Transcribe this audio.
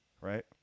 right